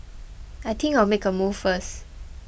I think I'll make a move first